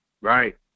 Right